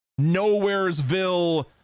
nowheresville